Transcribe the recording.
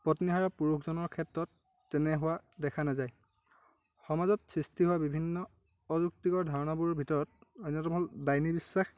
পত্নীহাৰা পুৰুষজনৰ ক্ষেত্ৰত তেনে হোৱা দেখা নাযায় সমাজত সৃষ্টি হোৱা বিভিন্ন অযুক্তিকৰ ধাৰণাবোৰৰ ভিতৰত অন্য়তম হ'ল ডাইনী বিশ্ৱাস